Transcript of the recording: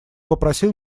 попросил